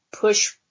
push